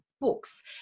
books